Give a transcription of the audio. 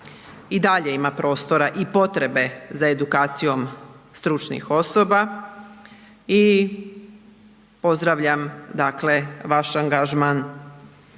I dalje ima prostora i potrebe za edukacijom stručnih osoba i pozdravljam dakle vaš angažman